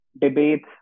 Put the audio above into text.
Debates